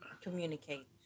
communicate